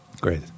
Great